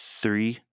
Three